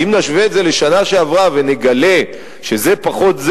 ואם נשווה את זה לשנה שעברה ונגלה שזה פחות,